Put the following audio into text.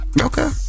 okay